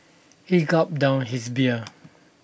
he gulped down his beer